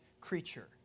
creature